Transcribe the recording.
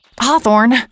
Hawthorne